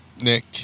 Nick